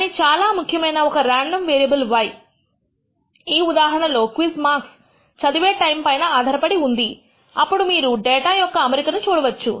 కానీ చాలా ముఖ్యముగా ఒక వేళ రాండమ్ వేరియబుల్ y ఈ ఉదాహరణలో క్విజ్ మార్క్స్ చదివే టైం పై ఆధారపడి ఉంది అప్పుడు మీరు డేటా యొక్క అమరికను చూడవచ్చు